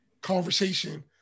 conversation